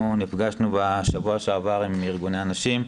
אנחנו נפגשנו בשבוע שעבר עם ארגוני הנשים,